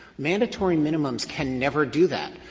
mandatory minimums can never do that.